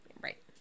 Right